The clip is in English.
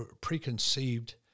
preconceived